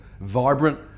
vibrant